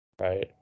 right